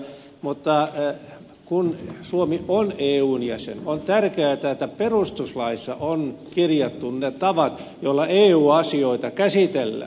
mutta kun suomi on eun jäsen on tärkeätä että perustuslaissa on kirjattu ne tavat joilla eu asioita käsitellään